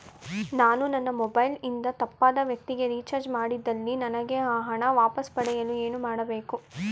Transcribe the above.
ನಾನು ನನ್ನ ಮೊಬೈಲ್ ಇಂದ ತಪ್ಪಾದ ವ್ಯಕ್ತಿಗೆ ರಿಚಾರ್ಜ್ ಮಾಡಿದಲ್ಲಿ ನನಗೆ ಆ ಹಣ ವಾಪಸ್ ಪಡೆಯಲು ಏನು ಮಾಡಬೇಕು?